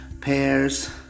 pears